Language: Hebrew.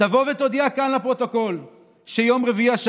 תבוא ותודיע כאן לפרוטוקול שביום רביעי